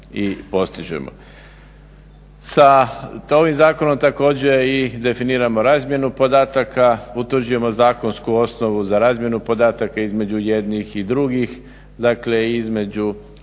i postižemo. Sa ovim zakonom također i definiramo razmjenu podataka, utvrđujemo zakonsku osnovu za razmjenu podataka između jednih i drugih, dakle između